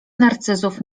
narcyzów